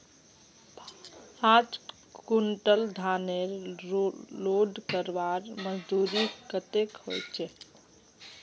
पाँच कुंटल धानेर लोड करवार मजदूरी कतेक होचए?